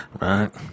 right